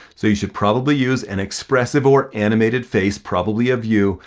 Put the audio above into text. so you should probably use an expressive or animated face, probably of you,